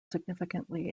significantly